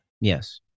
yes